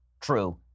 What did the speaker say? true